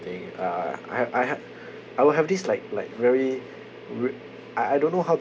uh I I have I will have this like like very re~ I I don't know how to